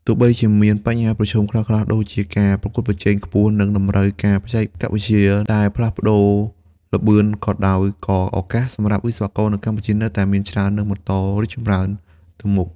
ទោះបីជាមាន បញ្ហាប្រឈមខ្លះៗដូចជាការប្រកួតប្រជែងខ្ពស់ និងតម្រូវការបច្ចេកវិទ្យាដែលផ្លាស់ប្ដូរលឿនក៏ដោយក៏ឱកាសសម្រាប់វិស្វករនៅកម្ពុជានៅតែមានច្រើននិងបន្តរីកចម្រើនទៅមុខ។